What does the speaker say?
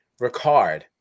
Ricard